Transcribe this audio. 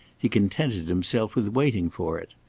he contented himself with waiting for it.